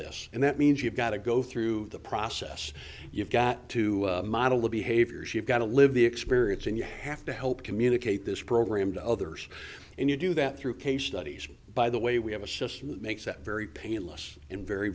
this and that means you've got to go through the process you've got to model the behavior she got to live the experience and you have to help communicate this program to others and you do that through case studies by the way we have a system that makes that very painless and very